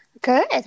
Good